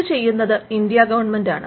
ഇത് ചെയ്യുന്നത് ഇന്ത്യാ ഗവൺമെന്റാണ്